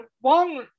one